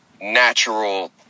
natural